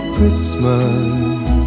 Christmas